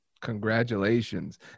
Congratulations